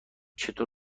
چطور